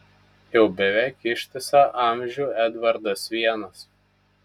jau beveik ištisą amžių edvardas vienas